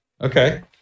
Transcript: Okay